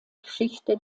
geschichte